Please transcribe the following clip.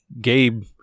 Gabe